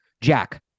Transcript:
Jack